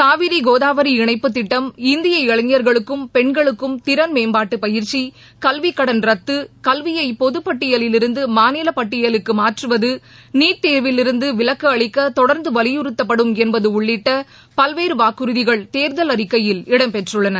காவிரி கோதாவரி இணைப்புத் திட்டம் இந்திய இளைஞா்களுக்கும் பெண்களுக்கும் திறன் மேம்பாட்டுப் பயிற்சி கல்விக் கடன் ரத்து கல்வியை பொதப்பட்டியலில் இருந்து மாநிலப் பட்டியலுக்கு மாற்றுவது நீட் தேர்விலிருந்து விலக்கு அளிக்க தொடர்ந்து வலியுறுத்தப்படும் என்பது உள்ளிட்ட பல்வேறு வாக்குறுதிகள் தேர்தல் அறிக்கையில் இடம் பெற்றுள்ளன